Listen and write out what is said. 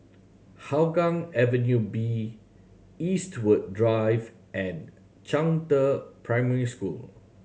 Hougang Avenue B Eastwood Drive and Zhangde Primary School